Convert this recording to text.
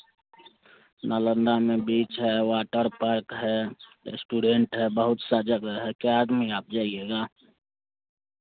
नालंदा में बीच है वाटर पार्क है रेस्टोरेंट है बहुत सा जगह है कै आदमी आप जाइएगा